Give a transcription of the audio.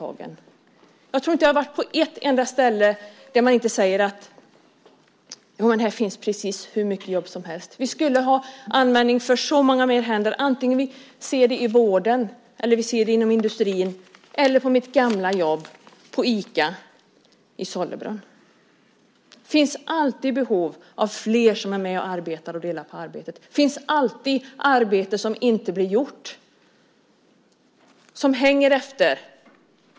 Jag tror inte att jag har varit på något enda ställe där man inte sagt: Jo, här finns precis hur mycket jobb som helst. Vi skulle ha användning för så många flera händer. Vare sig vi ser det inom vården eller industrin eller vi ser det på mitt gamla jobb på Ica i Sollebrunn finns det alltid behov av flera som är med och arbetar och delar på arbetet. Det finns alltid arbete som inte blir gjort, som hänger efter.